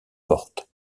porte